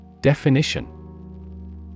Definition